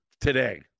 Today